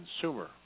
consumer